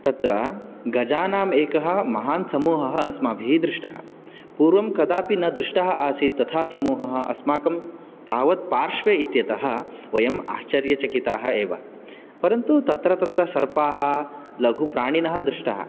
तत्र गजानाम् एकः महान् समूहः अस्माभिः दृष्टः पूर्वं कदापि न दृष्टः आसीत् तथा समूहः अस्माकं तावत् पार्श्वे इत्यतः वयं आश्चर्यचकिताः एव परन्तु तत्र तत्र सर्पाः लघुप्राणिनः दृष्टाः